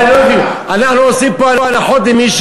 מה, אני לא מבין, אנחנו עושים פה הנחות למישהו?